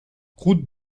route